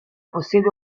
possiede